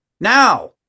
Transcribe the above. now